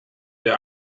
der